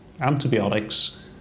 antibiotics